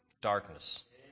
darkness